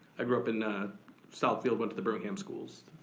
i grew up in ah southfield, went to the birmingham schools.